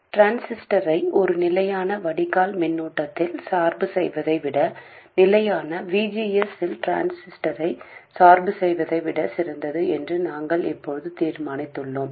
டிரான்சிஸ்டரை ஒரு நிலையான வடிகால் மின்னோட்டத்தில் சார்பு செய்வதை விட நிலையான V G S இல் டிரான்சிஸ்டரை சார்பு செய்வதை விட சிறந்தது என்று நாங்கள் இப்போது தீர்மானித்துள்ளோம்